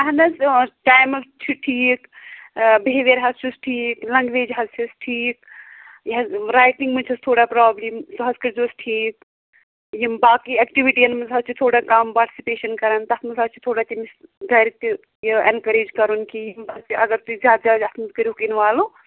اہن حظ ٹایمَس چھُ ٹھیٖک بِہیویر حظ چھُس ٹھیک لنگویج حظ چھَس ٹھیٖک یہ حظ رایٹِنٛگ مَنٛز چھَس تھوڑا پرابلم سۄ حظ کٔرزیوس ٹھیٖک یم باقے ایٚکٹِوِٹیَن مَنٛز چھِ تھوڑا کم پارٹسِپیشن کران تتھ مَنٛز حظ چھ تھوڑا تمس گَرِ تہِ ایٚنکَریج کَرُن کہ اگر تُہۍ زیاد زیاد کٔروُکھ یم انوالو